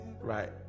right